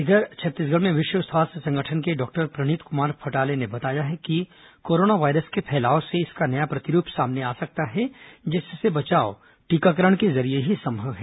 इधर छत्तीसगढ़ में विश्व स्वास्थ्य संगठन के डॉक्टर प्रणीत कुमार फटाले ने बताया है कि कोरोना वायरस के फैलाव से इसका नया प्रतिरूप सामने आ सकता है जिससे बचाव टीकाकरण के जरिये संभव है